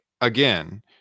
again